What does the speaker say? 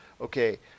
okay